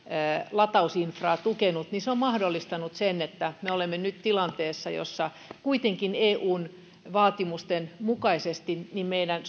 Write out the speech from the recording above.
latausinfraa tukenut niin se on mahdollistanut sen että me olemme nyt tilanteessa jossa kuitenkin eun vaatimusten mukaisesti meidän